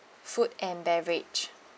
food and beverage